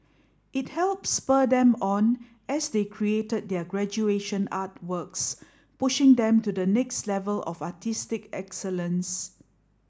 it helped spur them on as they created their graduation artworks pushing them to the next level of artistic excellence